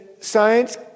science